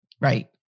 Right